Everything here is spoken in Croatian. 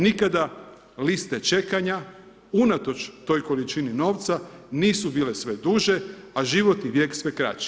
Nikada liste čekanja unatoč toj količini novca, nisu bile sve duže a životni vijek sve kraći.